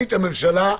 תחליט הממשלה,